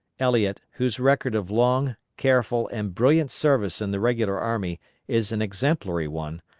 elliot, whose record of long, careful, and brilliant service in the regular army is an exemplary one,